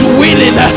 willing